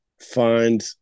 find